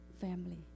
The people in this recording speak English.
family